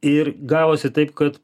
ir gavosi taip kad